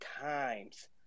times